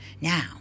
Now